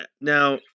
Now